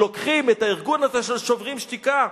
לוקחים את הארגון הזה של "שוברים שתיקה",